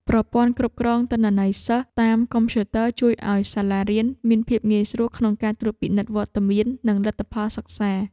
ប្រព័ន្ធគ្រប់គ្រងទិន្នន័យសិស្សតាមកុំព្យូទ័រជួយឱ្យសាលារៀនមានភាពងាយស្រួលក្នុងការត្រួតពិនិត្យវត្តមាននិងលទ្ធផលសិក្សា។